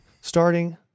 starting